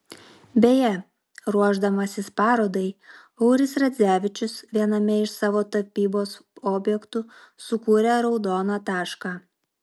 beje ruošdamasis parodai auris radzevičius viename iš savo tapybos objektų sukūrė raudoną tašką